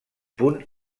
punt